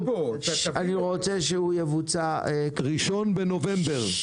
אני רוצה שהוא יבוצע -- ב-1 בנובמבר,